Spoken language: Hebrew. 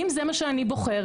אם זה מה שאני בוחרת,